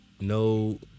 no